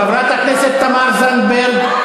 חברת הכנסת תמר זנדברג?